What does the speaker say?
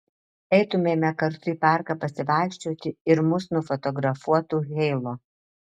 eitumėme kartu į parką pasivaikščioti ir mus nufotografuotų heilo